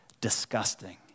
Disgusting